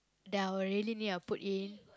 that I will really need a put in